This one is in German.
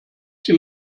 sie